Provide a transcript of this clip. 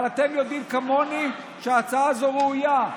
אבל אתם יודעים כמוני שההצעה הזאת ראויה.